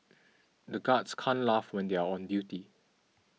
the guards can't laugh when they are on duty